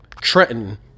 Trenton